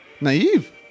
naive